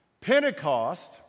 Pentecost